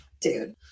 Dude